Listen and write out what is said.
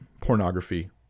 pornography